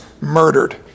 murdered